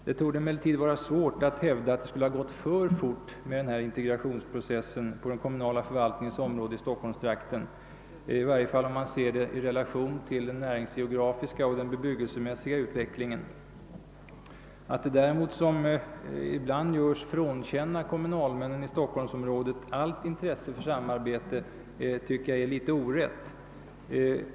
Det torde emellertid vara svårt att hävda att det skulle ha gått för fort med integrationsprocessen inom kommunalförvaltningen i stockholmstrakten, i varje fall om man ser den i relation till den näringsgeografiska och bebyggelsemässiga utvecklingen. Att däremot, som det ibland görs, frånkänna kommunalmännen i stockholmsområdet allt intresse för samarbete är litet orätt.